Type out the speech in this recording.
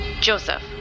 Joseph